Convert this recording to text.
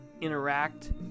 interact